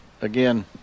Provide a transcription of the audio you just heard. again